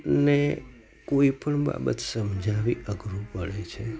ને કોઈ પણ બાબત સમજાવવી અઘરું પડે છે